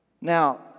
Now